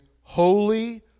Holy